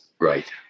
Right